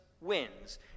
wins